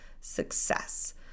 success